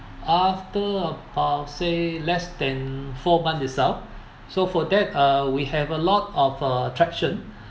after about say less than four months itself so for that uh we have a lot of uh attraction